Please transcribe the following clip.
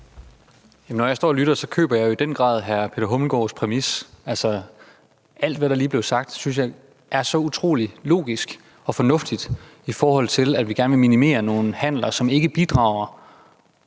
Når jeg står og lytter, køber jeg jo i den grad hr. Peter Hummelgaard Thomsens præmis. Alt, hvad der lige er blevet sagt, synes jeg er så utrolig logisk og fornuftigt, i forhold til at vi gerne vil minimere nogle handler, altså de her